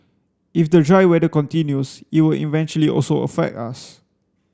if the dry weather continues it will eventually also affect us